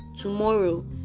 tomorrow